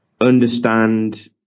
understand